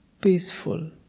peaceful